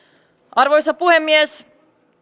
arvoisa puhemies